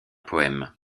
poème